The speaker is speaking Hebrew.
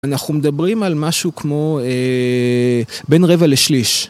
אנחנו מדברים על משהו כמו, אה... בין רבע לשליש.